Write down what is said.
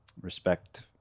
respect